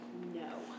no